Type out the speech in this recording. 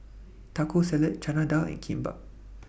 Taco Salad Chana Dal and Kimbap